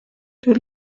der